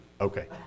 okay